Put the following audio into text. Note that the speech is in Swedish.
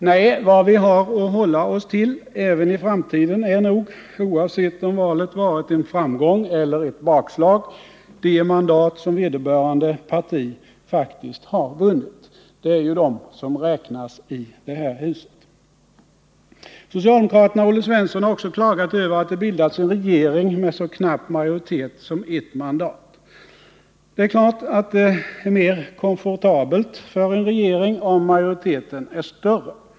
Nej, vad vi har att hålla oss till även i framtiden är nog, oavsett om valet varit en framgång eller ett bakslag, de mandat som vederbörande parti faktiskt har vunnit. Det är det som räknas i det här huset. Socialdemokraterna, också Olle Svensson, har klagat över att det bildats en regering med så knapp majoritet som bara ett mandat. Det är klart att det är mer komfortabelt för en regering om majoriteten är större.